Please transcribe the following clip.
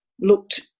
looked